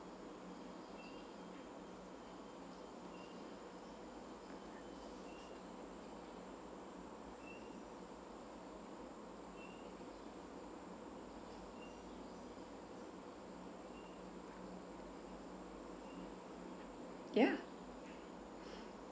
ya